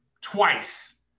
twice